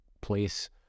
place